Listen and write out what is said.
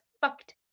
fucked